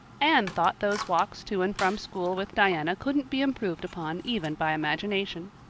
anne thought those walks to and from school with diana couldn't be improved upon even by imagination.